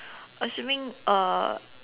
assuming uh